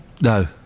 No